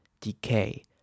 decay